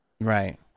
right